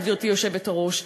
גברתי היושבת-ראש,